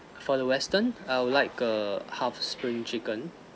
for the western I would like a half spring chicken